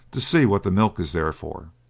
to see what the milk is there for.